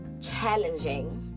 challenging